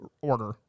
order